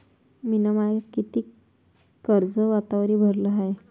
मिन माय कितीक कर्ज आतावरी भरलं हाय?